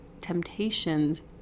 temptations